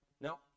No